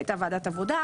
הייתה ועדה עבודה,